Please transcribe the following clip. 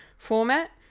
Format